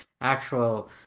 actual